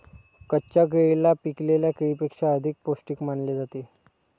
कच्च्या केळीला पिकलेल्या केळीपेक्षा अधिक पोस्टिक मानले जाते